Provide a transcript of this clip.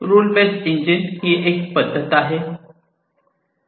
rule base engine ही एक पद्धत आहे